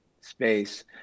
space